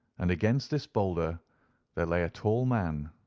and against this boulder there lay a tall man,